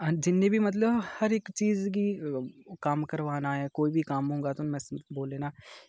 अस जिन्ने बी मतलब हर इक चीज़ गी कम्म करोआना ऐ कोई बी कम्म होगा में तुसेंगी बोलना